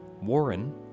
Warren